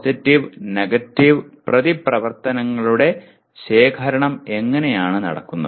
positive negative പ്രതിപ്രവർത്തനങ്ങളുടെ ശേഖരണം എങ്ങനെയാണ് നടക്കുന്നത്